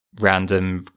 random